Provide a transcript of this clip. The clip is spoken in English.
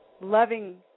loving